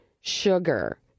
sugar